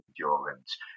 endurance